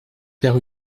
père